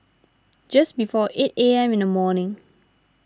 just before eight A M in the morning